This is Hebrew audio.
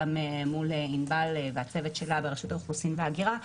גם מול ענבל והצוות שלה ברשות האוכלוסין וההגירה,